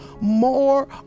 more